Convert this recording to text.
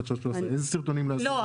חדשות 13. איזה סרטונים --- לא,